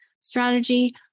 strategy